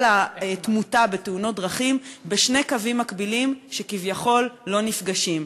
התמותה בתאונות דרכים כשני קווים שכביכול לא נפגשים.